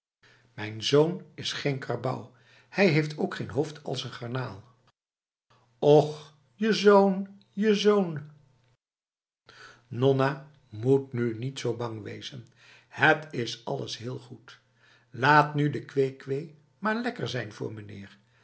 mijn zoon is geen karbouw hij heeft ook geen hoofd als een garnaal och je zoon je zoon nonna moet nu niet zo bang wezen het is alles heel goed laat nu de kweekwee maar lekker zijn voor meneer